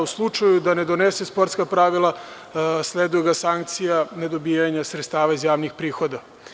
U slučaju da ne donese sportska pravila, sleduju mu sankcije nedobijanja sredstava iz javnih prihoda.